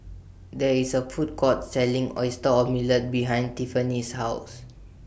There IS A Food Court Selling Oyster Omelette behind Tiffanie's House